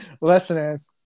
listeners